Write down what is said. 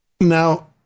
Now